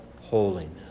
holiness